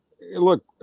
look